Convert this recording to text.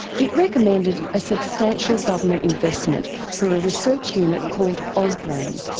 it recommended a substantial government investment for a research unit called ausbrain.